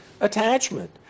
attachment